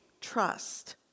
trust